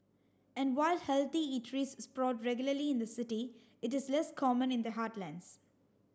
and while healthy eateries sprout regularly in the city it is less common in the heartlands